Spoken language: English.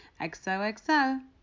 XOXO